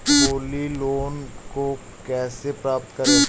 Holi loan को कैसे प्राप्त करें?